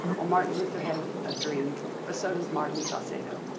well, martin luther had a dream but so does martin salsado.